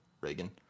reagan